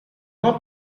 non